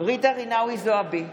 ג'ידא רינאוי זועבי,